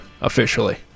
officially